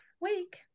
week